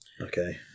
Okay